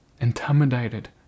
intimidated